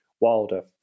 Wilder